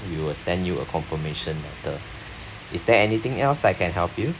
we will send you a confirmation letter is there anything else I can help you